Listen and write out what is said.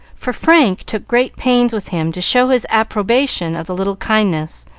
for frank took great pains with him to show his approbation of the little kindness,